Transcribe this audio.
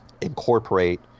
incorporate